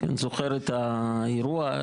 אני זוכר את האירוע,